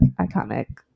iconic